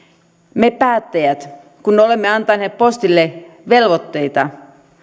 me päättäjät kun olemme antaneet postille velvoitteita